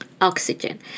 Oxygen